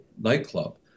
nightclub